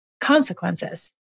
consequences